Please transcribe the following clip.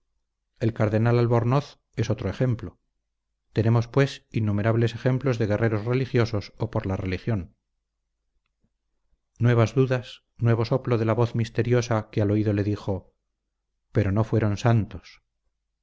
el cardenal albornoz es otro ejemplo tenemos pues innumerables ejemplos de guerreros religiosos o por la religión nuevas dudas nuevo soplo de la voz misteriosa que al oído le dijo pero no fueron santos